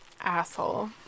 asshole